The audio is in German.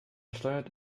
steuert